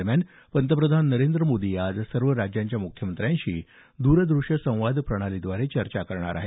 दरम्यान पंतप्रधान नरेंद्र मोदी आज सर्व राज्यांच्या मुख्यमंत्र्यांशी द्रद्रष्य संवाद प्रणालीद्वारे चर्चा करणार आहेत